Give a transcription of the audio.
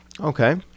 Okay